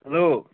hello